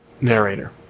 narrator